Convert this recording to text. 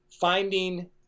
finding